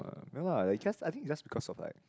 ya lah I guess I think it's because of like